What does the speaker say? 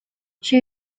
she